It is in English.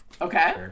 Okay